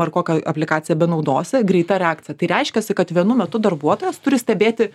ar kokią aplikaciją benaudosi greita reakcija tai reiškiasi kad vienu metu darbuotojas turi stebėti